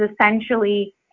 essentially